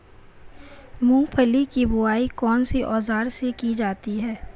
मूंगफली की बुआई कौनसे औज़ार से की जाती है?